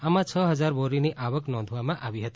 આમાં છ હજાર બોરીની આવક નોંધવા આવી હતી